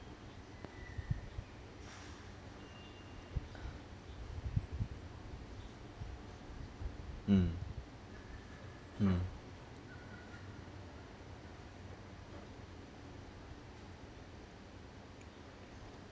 mm mm